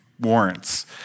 warrants